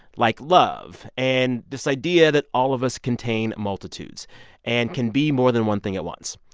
like love and this idea that all of us contain multitudes and can be more than one thing at once.